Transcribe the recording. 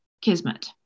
kismet